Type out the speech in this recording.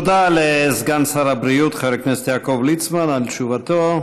תודה לסגן שר הבריאות חבר הכנסת יעקב ליצמן על תשובתו.